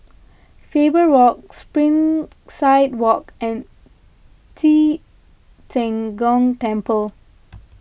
Faber Walk Springside Walk and Ci Zheng Gong Temple